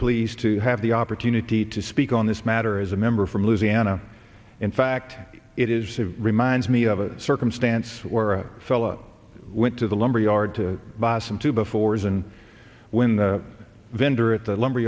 pleased to have the opportunity to speak on this matter is a member from louisiana in fact it is reminds me of a circumstance where a fellow went to the lumber yard to buy some two before his and when the vendor at the lumber